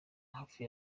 hafi